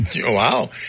Wow